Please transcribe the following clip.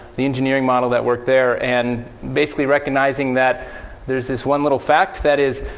the engineering model that worked there, and basically recognizing that there's this one little fact. that is,